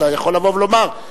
אתה יכול לבוא ולומר,